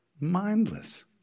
Mindless